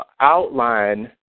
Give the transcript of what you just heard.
outline